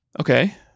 okay